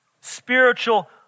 Spiritual